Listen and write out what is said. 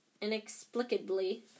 inexplicably